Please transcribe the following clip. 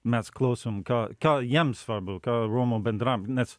mes klausom ką ką jiem svarbu ką romų bendruom nes